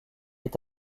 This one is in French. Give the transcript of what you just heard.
est